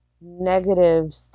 negative